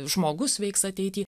žmogus veiks ateity